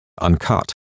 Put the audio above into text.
uncut